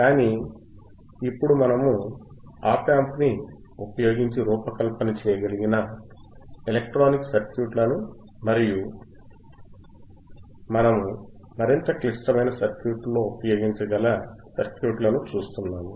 కాబట్టి ఇప్పుడు మనము ఆప్ యాంప్ ని ఉపయోగించి రూపకల్పన చేయగల ఎలక్ట్రానిక్ సర్క్యూట్లను మరియు మనము మరింత క్లిష్టమైన సర్క్యూట్లలో ఉపయోగించగల సర్క్యూట్లను చూస్తున్నాము